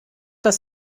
das